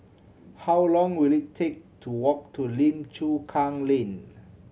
how long will it take to walk to Lim Chu Kang Lane